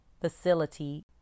facility